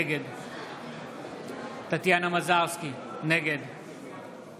נגד טטיאנה מזרסקי, נגד